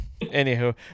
anywho